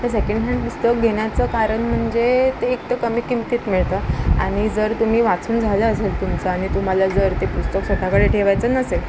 तर second hand पुस्तक घेण्याचं कारण म्हणजे ते एक तर कमी किमतीत मिळतं आणि जर तुम्ही वाचून झालं असेल तुमचं आणि तुम्हाला जर ते पुस्तक स्वतःकडे ठेवायचं नसेल